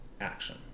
action